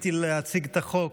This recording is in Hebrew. אני עליתי להציג את החוק,